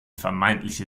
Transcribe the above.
vermeintliche